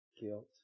guilt